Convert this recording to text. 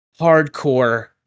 hardcore